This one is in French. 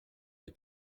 les